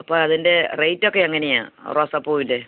അപ്പോൾ അതിൻ്റെ റേറ്റൊക്കെ എങ്ങനെയാണ് റോസാപ്പൂവിൻ്റെ